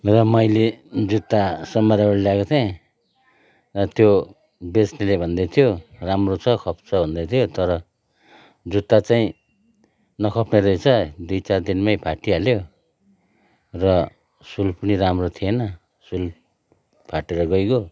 र मैले जुत्ता सोमबारेबाट ल्याएको थिएँ र त्यो बेच्नेले भन्दैथ्यो राम्रो छ खप्छ भन्दैथ्यो तर जुत्ता चाहिँ नखप्ने रहेछ दुई चार दिनमै फाटिहाल्यो र सोल पनि राम्रो थिएन सोल फाटेर गइगयो